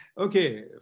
okay